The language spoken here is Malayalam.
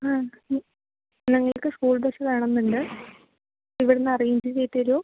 ആ ഞങ്ങൾക്ക് സ്കൂൾ ബസ്സ് വേണം എന്നുണ്ട് ഇവിടെ നിന്ന് അറേഞ്ച് ചെയ്തു തരുമോ